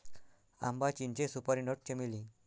आंबा, चिंचे, सुपारी नट, चमेली